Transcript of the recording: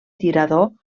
tirador